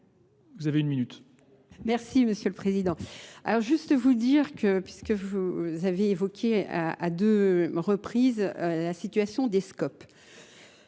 Vous avez une minute. Merci Monsieur le Président. Alors juste vous dire que puisque vous avez évoqué à deux reprises la situation des SCOP.